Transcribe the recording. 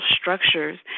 structures